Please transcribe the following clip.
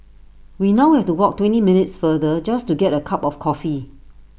we now have to walk twenty minutes farther just to get A cup of coffee